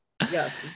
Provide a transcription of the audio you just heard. Yes